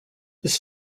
his